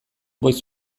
voice